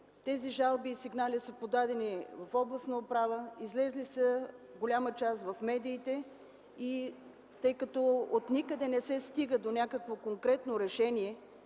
Тези жалби и сигнали са подадени в областната управа. Голяма част от тях са излезли в медиите и тъй като отникъде не се стига до някакво конкретно решение,